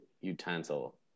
utensil